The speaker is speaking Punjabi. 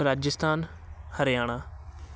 ਰਾਜਸਥਾਨ ਹਰਿਆਣਾ